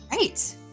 Right